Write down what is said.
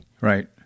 Right